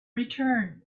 return